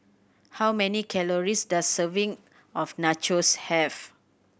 how many calories does serving of Nachos have